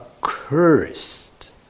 cursed